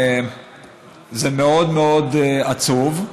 זה מאוד מאוד עצוב,